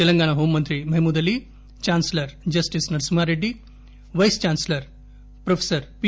Telangana home మంత్రి Mahmood Ali chancellor justice Narasimha Reddy vice chancellor prof P